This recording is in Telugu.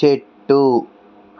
చెట్టు